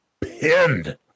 pinned